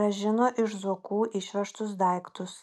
grąžino iš zuokų išvežtus daiktus